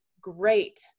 great